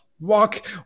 Walk